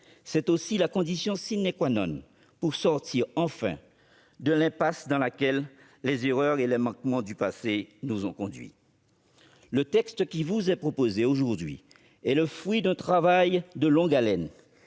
C'est aussi la condition pour sortir- enfin ! -de l'impasse dans laquelle les erreurs et les manquements du passé nous ont conduits. Mes chers collègues, le texte qui vous est proposé aujourd'hui est le fruit d'un travail de longue haleine.